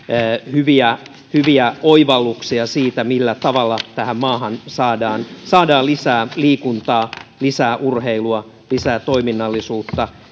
hyviä hyviä oivalluksia siitä millä tavalla tähän maahan saadaan saadaan lisää liikuntaa lisää urheilua lisää toiminnallisuutta